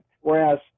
Whereas